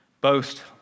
boast